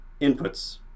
inputs